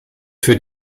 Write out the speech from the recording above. für